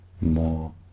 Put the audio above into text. more